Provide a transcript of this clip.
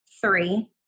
Three